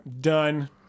Done